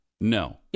no